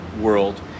world